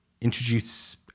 introduce